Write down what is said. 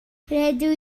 rydw